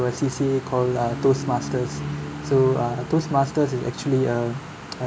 a C_C_A call uh toastmasters so uh toastmasters is actually a